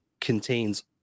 contains